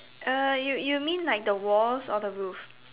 uh you you mean like the walls or the roof